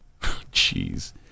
Jeez